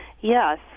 yes